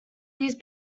these